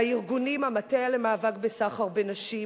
הארגונים: המטה למאבק בסחר בנשים,